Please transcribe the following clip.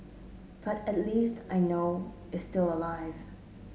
but at least I know is still alive